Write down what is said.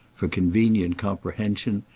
for convenient comprehension,